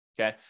okay